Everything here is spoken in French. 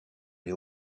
les